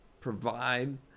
provide